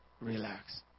Relax